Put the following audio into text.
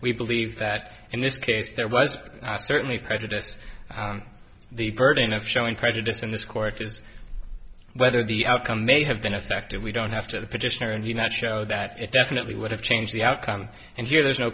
we believe that in this case there was certainly prejudice the burden of showing prejudice in this court is whether the outcome may have been affected we don't have to the petitioner and he not show that it definitely would have changed the outcome and here there's no